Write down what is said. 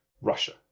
russia